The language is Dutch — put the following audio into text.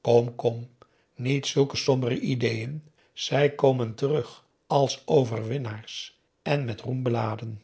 kom kom niet zulke sombere ideeën zij komen terug als overwinnaars en met roem beladen